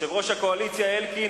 יושב-ראש הקואליציה אלקין.